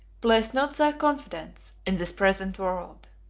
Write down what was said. place not thy confidence in this present world!